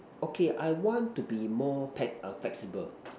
okay I want to be more peg~ uh flexible